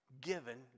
given